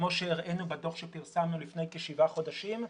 כמו שהראינו בדוח שפרסמנו לפני כשבעה חודשים.